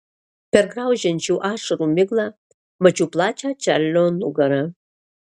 per graužiančių ašarų miglą mačiau plačią čarlio nugarą